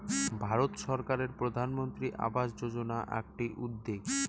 ভারত সরকারের প্রধানমন্ত্রী আবাস যোজনা আকটি উদ্যেগ